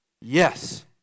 Yes